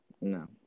No